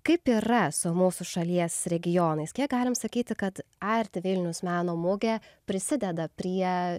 kaip yra su mūsų šalies regionais kiek galime sakyti kad arti vilnius meno mugę prisideda prie